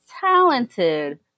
talented